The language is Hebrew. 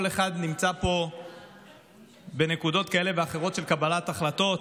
כל אחד נמצא פה בנקודות כאלה ואחרות של קבלת החלטות,